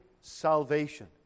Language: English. salvation